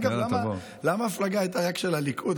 אגב, למה ההפלגה הייתה רק של הליכוד?